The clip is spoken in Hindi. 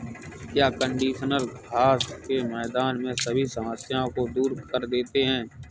क्या कंडीशनर घास के मैदान में सभी समस्याओं को दूर कर देते हैं?